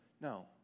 no